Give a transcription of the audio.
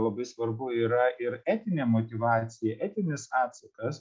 labai svarbu yra ir etinė motyvacija etinis atsakas